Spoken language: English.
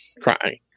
crying